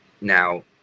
now